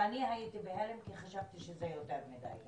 ואני הייתי בהלם כי חשבתי שזה יותר מדי.